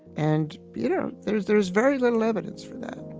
and, you know, there's there's very little evidence for that